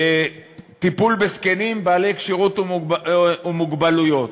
טיפול בזקנים ובבעלי מוגבלות.